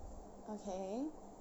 okay